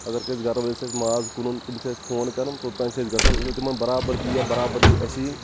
اَگر کٲنٛسہِ گَرٕ وٲلۍ سُنٛد ماز کٕنُن تِم چھِ اسہِ فون کَران توٚتام چِھ أسۍ گژھان یِیٚلہِ تِمن برابری ییہِ برابری اَسہِ یِیہِ